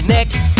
Next